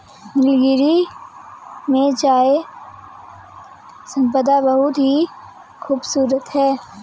नीलगिरी में चाय संपदा बहुत ही खूबसूरत है